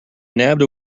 nabbed